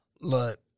Look